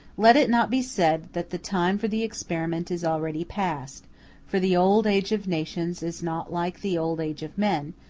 let it not be said that the time for the experiment is already past for the old age of nations is not like the old age of men,